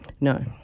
No